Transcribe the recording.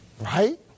right